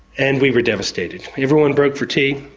and we were devastated. everyone broke for tea.